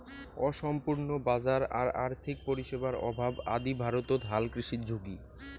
অসম্পূর্ণ বাজার আর আর্থিক পরিষেবার অভাব আদি ভারতত হালকৃষির ঝুঁকি